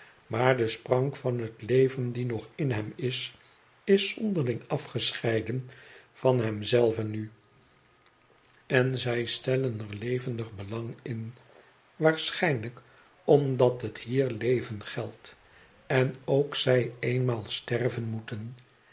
maar de sprank van het leven die nog in hem is is zonderling afgescheiden van hem zelven nu en zij stellen er levendig belang in waarschijnlijk omdat het hier leven geldt en ook zij eenmaal sterven moeten